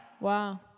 Wow